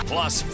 Plus